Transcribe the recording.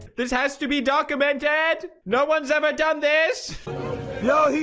this has to be documented no one's ever done this no